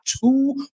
two